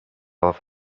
off